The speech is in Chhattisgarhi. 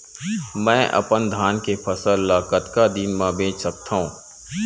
मैं अपन धान के फसल ल कतका दिन म बेच सकथो?